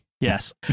Yes